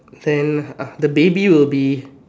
then ah the baby will be